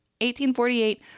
1848